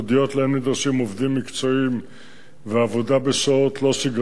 שנדרשים להן עובדים מקצועיים ועבודה בשעות לא שגרתיות,